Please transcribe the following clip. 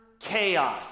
chaos